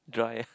dry ah